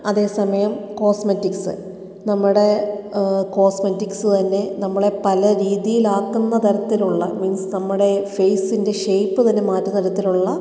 അതേ സമയം കോസ്മെറ്റിക്സ് നമ്മുടെ കോസ്മെറ്റിക്സ് തന്നെ നമ്മളെ പല രീതിയിലാക്കുന്ന തരത്തിലുള്ള മീൻസ് നമ്മുടെ ഫേസിൻ്റെ ഷേപ്പ് തന്നെ മാറ്റുന്ന തരത്തിലുള്ള